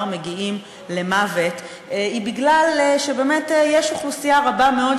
מגיעים למוות היא מפני שבאמת יש אוכלוסייה רבה מאוד,